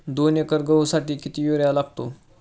दोन एकर गहूसाठी किती युरिया लागतो?